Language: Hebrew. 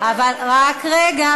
דמוקרטיה, רק רגע.